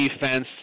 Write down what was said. defense